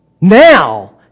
now